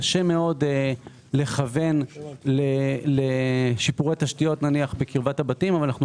קשה מאוד לכוון לשיפורי תשתיות בקרבת הבתים אבל אנו